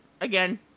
again